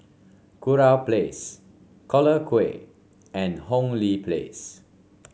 Kurau Place Collyer Quay and Hong Lee Place